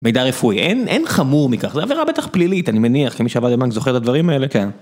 מידע רפואי אין אין חמור מכך זה עבירה בטח פלילית, אני מניח, כמי שעבר אם אני זוכר את הדברים האלה. כן.